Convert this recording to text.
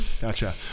gotcha